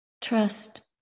trust